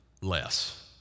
less